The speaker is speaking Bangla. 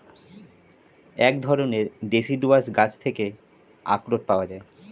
এক ধরণের ডেসিডুয়াস গাছ থেকে আখরোট পাওয়া যায়